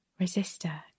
Resistor